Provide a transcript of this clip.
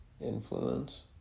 influence